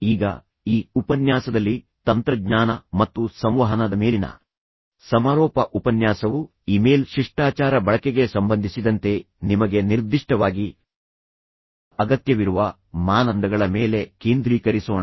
ಈಗ ಈ ಉಪನ್ಯಾಸದಲ್ಲಿ ತಂತ್ರಜ್ಞಾನ ಮತ್ತು ಸಂವಹನದ ಮೇಲಿನ ಸಮಾರೋಪ ಉಪನ್ಯಾಸವು ಇಮೇಲ್ ಶಿಷ್ಟಾಚಾರ ಬಳಕೆಗೆ ಸಂಬಂಧಿಸಿದಂತೆ ನಿಮಗೆ ನಿರ್ದಿಷ್ಟವಾಗಿ ಅಗತ್ಯವಿರುವ ಮಾನದಂಡಗಳ ಮೇಲೆ ಕೇಂದ್ರೀಕರಿಸೋಣ